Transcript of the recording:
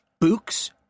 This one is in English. Books